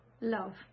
love